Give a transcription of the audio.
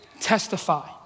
testify